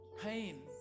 pain